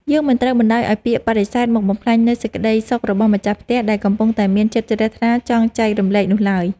យើងមិនត្រូវបណ្តោយឱ្យពាក្យបដិសេធមកបំផ្លាញនូវសេចក្តីសុខរបស់ម្ចាស់ផ្ទះ ដែលកំពុងតែមានចិត្តជ្រះថ្លាចង់ចែករំលែកនោះឡើយ។